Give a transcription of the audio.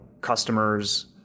customers